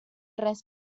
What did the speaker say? res